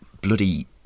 bloody